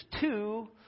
Two